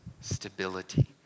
stability